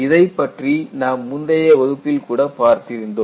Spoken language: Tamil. இதைப்பற்றி நாம் முந்தைய வகுப்பில் கூட பார்த்திருந்தோம்